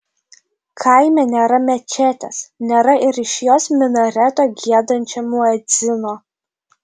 kaime nėra mečetės nėra ir iš jos minareto giedančio muedzino